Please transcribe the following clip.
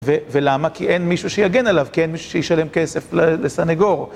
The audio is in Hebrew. ולמה? כי אין מישהו שיגן עליו, כי אין מישהו שישלם כסף לסנגור.